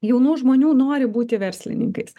jaunų žmonių nori būti verslininkais